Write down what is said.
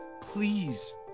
Please